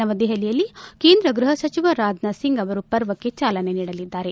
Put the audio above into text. ನವದೆಹಲಿಯಲ್ಲಿ ಕೇಂದ್ರ ಗೃಹ ಸಚಿವ ರಾಜನಾಥ್ ಸಿಂಗ್ ಅವರು ಪರ್ವಕ್ಕೆ ಚಾಲನೆ ನೀಡಲಿದ್ದಾರೆ